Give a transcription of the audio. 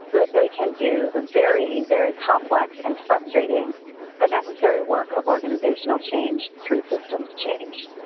that they can do the very, very complex and frustrating but necessary work of organizational change through systems change.